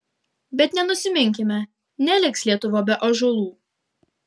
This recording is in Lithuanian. bet nenusiminkime neliks lietuva be ąžuolų